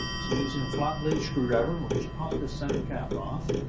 using a flat blade screwdriver, we'll just pop the center cap off.